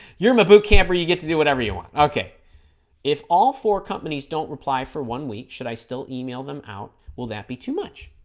you're my boot camper you get to do whatever you want okay if all four companies don't reply for one week should i still email them out will that be too much